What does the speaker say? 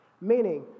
Meaning